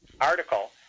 article